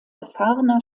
erfahrener